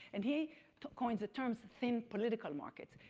and he coins the terms thin political markets.